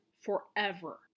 forever